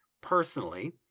personally